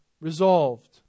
resolved